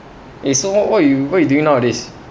eh so what what you what you doing nowadays